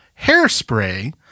hairspray